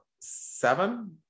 seven